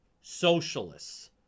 socialists